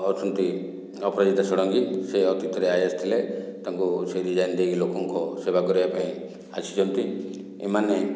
ଅଛନ୍ତି ଅପରାଜିତା ଷଡ଼ଙ୍ଗୀ ସେ ଅତୀତରେ ଆଇଏଏସ ଥିଲେ ତାଙ୍କୁ ସେ ରିଜାଇନ୍ ଦେଇକି ଲୋକଙ୍କ ସେବା କରିବା ପାଇଁ ଆସିଛନ୍ତି ଏମାନେ